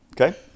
Okay